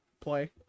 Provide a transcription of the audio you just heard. play